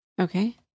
Okay